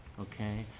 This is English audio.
okay?